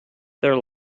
their